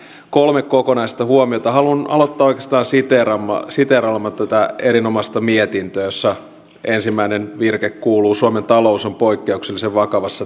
kolme kokonaista huomiota haluan aloittaa oikeastaan siteeraamalla tätä erinomaista mietintöä jossa ensimmäinen virke kuuluu suomen talous on poikkeuksellisen vaikeassa